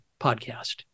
podcast